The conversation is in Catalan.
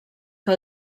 que